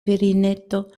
virineto